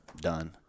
done